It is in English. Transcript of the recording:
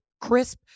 crisp